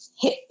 hip